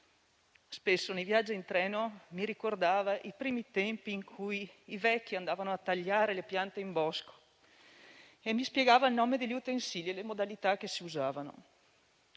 Spesso nei viaggi in treno mi ricordava i primi tempi in cui i vecchi andavano a tagliare le piante in bosco, mi spiegava il nome degli utensili e le modalità che si usavano.